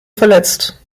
verletzt